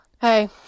Hey